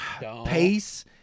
Pace